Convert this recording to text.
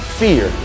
fear